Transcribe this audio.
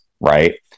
right